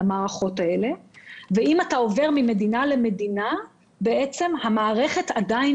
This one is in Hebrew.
כך שאם אתה עובר ממדינה למדינה המערכת עדיין